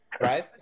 Right